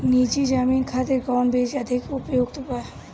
नीची जमीन खातिर कौन बीज अधिक उपयुक्त बा?